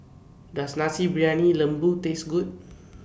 Does Nasi Briyani Lembu Taste Good